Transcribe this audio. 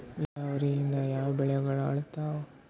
ನಿರಾವರಿಯಿಂದ ಯಾವ ಬೆಳೆಗಳು ಹಾಳಾತ್ತಾವ?